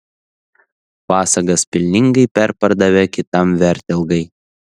pasagas pelningai perpardavė kitam vertelgai